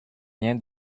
vient